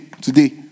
today